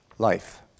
life